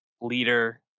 leader